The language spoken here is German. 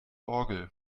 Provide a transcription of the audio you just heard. orgel